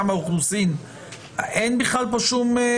והגבלנו את סוגי המסרים שניתן לדוור באופן